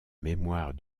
mémoire